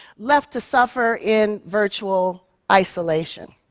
left to suffer in virtual isolation.